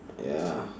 ya